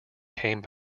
came